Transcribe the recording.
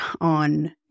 on